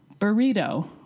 burrito